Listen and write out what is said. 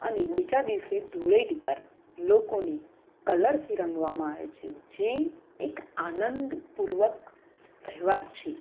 અને બીજા દિવસે ધૂળેટી પર લોકોને કલરથી રંગવામાં આવે છે જે એક આનંદપૂર્વક તહેવાર છે